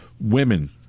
women